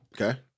Okay